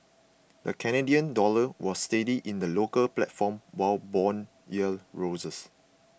the Canadian dollar was steady in the local platform while bond yields rose